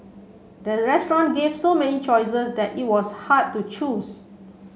the restaurant gave so many choices that it was hard to choose